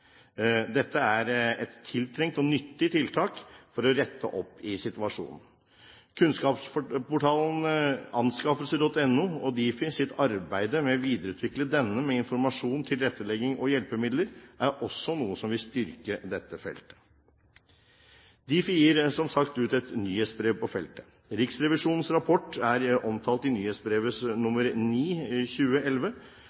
Dette er et tiltrengt og nyttig tiltak for å rette opp situasjonen. Kunnskapsportalen, www.anskaffelser.no, og Difis arbeid med å videreutvikle denne med informasjon, tilrettelegging og hjelpemidler er også noe som vil styrke dette feltet. Difi gir som sagt ut et nyhetsbrev på feltet. Riksrevisjonens rapport er omtalt i